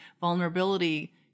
vulnerability